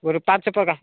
ବୋଲେ ପାଞ୍ଚ ପ୍ରକାର